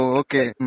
okay